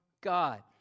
God